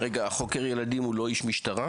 חוקר ילדים הוא לא איש משטרה?